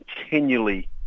continually